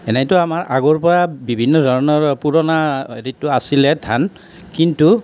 এনেইতো আমাৰ আগৰ পৰা বিভিন্ন ধৰণৰ পুৰণা হেৰিটো আছিলে ধান কিন্তু